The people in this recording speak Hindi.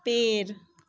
पेड़